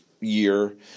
year